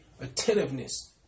attentiveness